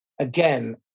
again